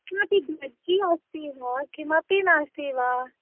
किमपि किमपि किमपि नास्ति वा